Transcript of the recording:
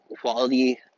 quality